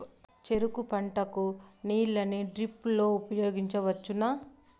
చెరుకు పంట కు నీళ్ళని డ్రిప్ లో ఉపయోగించువచ్చునా?